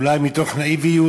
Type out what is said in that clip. אולי מתוך נאיביות.